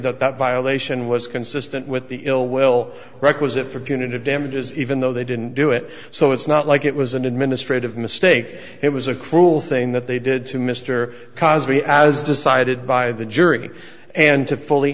that that violation was consistent with the ill will requisite for punitive damages even though they didn't do it so it's not like it was an administrative mistake it was a cruel thing that they did to mr cosby as decided by the jury and to fully